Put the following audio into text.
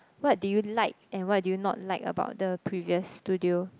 what did you like and what did you not like about the previous studio